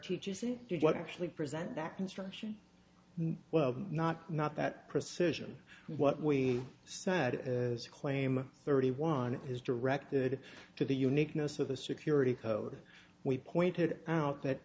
teaches it did not actually present that instruction well not not that precision what we said as claim thirty one is directed to the uniqueness of the security code we pointed out that